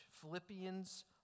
Philippians